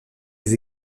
les